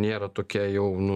nėra tokia jau nu